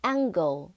Angle